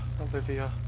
Olivia